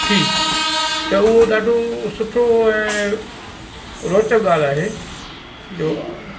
थी त उहो ॾाढो सुठो ऐं रोचक़ु ॻाल्हि आहे इहो